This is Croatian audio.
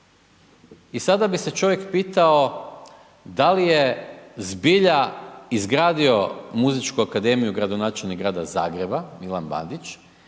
I sada bi se čovjek pitao da li je zbilja izgradio Muzičku akademiju gradonačelnik Grada Zagreba, Milan Bandić,